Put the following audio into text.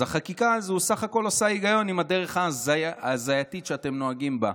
אז החקיקה הזו בסך הכול עושה היגיון עם הדרך ההזייתית שאתם נוהגים בה.